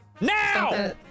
Now